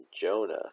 Jonah